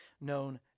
known